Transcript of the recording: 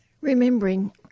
Remembering